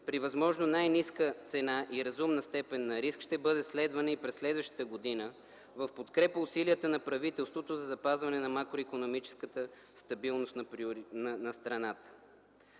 при възможно най-ниска цена и разумна степен на риск ще бъде следвана и през следващата година в подкрепа усилията на правителството за запазване на макроикономическата стабилност на страната.